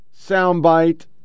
soundbite